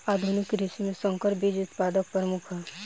आधुनिक कृषि में संकर बीज उत्पादन प्रमुख ह